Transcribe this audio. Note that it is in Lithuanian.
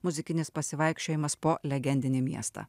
muzikinis pasivaikščiojimas po legendinį miestą